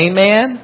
Amen